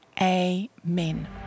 Amen